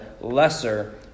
lesser